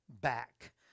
back